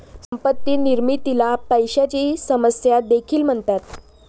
संपत्ती निर्मितीला पैशाची समस्या देखील म्हणतात